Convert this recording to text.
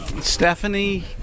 Stephanie